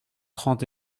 trente